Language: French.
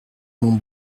mon